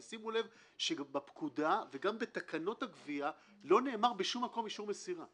שימו לב שבפקודה וגם בתקנות הגבייה לא נאמר בשום מקום אישור מסירה.